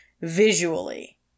visually